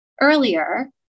earlier